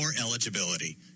eligibility